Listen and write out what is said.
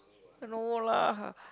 no lah